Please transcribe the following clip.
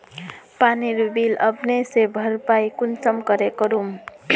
पानीर बिल अपने से भरपाई कुंसम करे करूम?